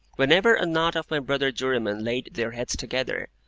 whenever a knot of my brother jurymen laid their heads together,